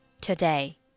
today